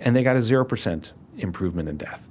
and they got a zero percent improvement in death